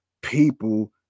people